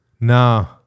No